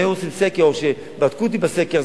אם היו עושים סקר או שהיו בודקים אותי בסקר,